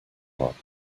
norden